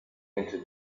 into